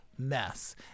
mess